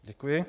Děkuji.